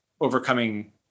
overcoming